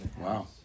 Wow